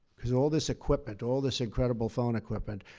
because all this equipment, all this incredible phone equipment.